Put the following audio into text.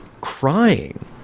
crying